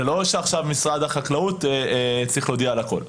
זה לא שעכשיו משרד החקלאות צריך להודיע על הכול.